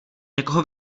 někoho